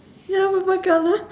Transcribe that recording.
ya purple colour